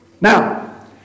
Now